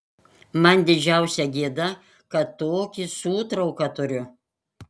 man didžiausia gėda kad tokį sūtrauką turiu